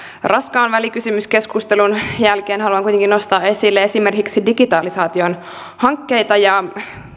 raskaan välikysymyskeskustelun jälkeen haluan kuitenkin nostaa esille esimerkiksi digitalisaation hankkeita ja